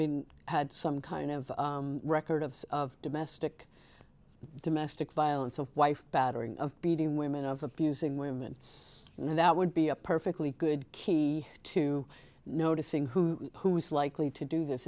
been had some kind of record of domestic domestic violence of wife battering of beating women of abusing women and that would be a perfectly good key to noticing who who is likely to do this